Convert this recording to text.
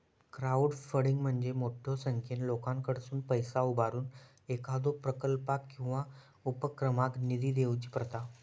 crowdfunding म्हणजे मोठ्यो संख्येन लोकांकडसुन पैसा उभारून एखाद्यो प्रकल्पाक किंवा उपक्रमाक निधी देऊची प्रथा